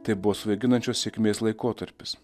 tai buvo svaiginančios sėkmės laikotarpis